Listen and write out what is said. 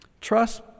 Trust